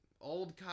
old